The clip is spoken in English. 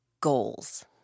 goals